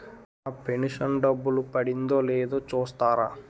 నా pension డబ్బులు పడిందో లేదో చూస్తారా?